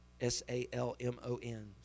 S-A-L-M-O-N